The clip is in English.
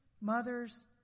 mothers